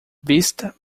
vista